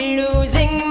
losing